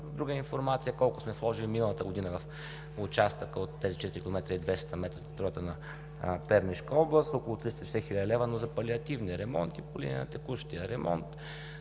друга информация: колко сме вложили миналата година в участъка от тези 4,2 км на територията на Пернишка област – около 360 хил. лв., но за палиативни ремонти по линия на текущия ремонт,